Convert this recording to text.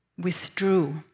withdrew